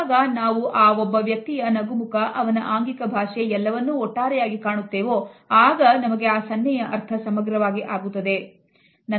ಯಾವಾಗ ನಾವು ಒಬ್ಬ ವ್ಯಕ್ತಿಯ ನಗುಮುಖ ಅವನ ಆಂಗಿಕ ಭಾಷೆ ಎಲ್ಲವನ್ನೂ ಒಟ್ಟಾಗಿ ಕಾಣುತ್ತೇವೆಯೋ ಆಗ ನಮಗೆ ಆ ಸನ್ನೆಯ ಅರ್ಥ ಸಮಗ್ರವಾಗಿ ಆಗುತ್ತದೆ